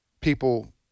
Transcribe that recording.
people